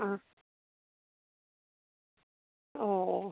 ആ ഓ ഓ